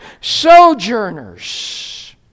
sojourners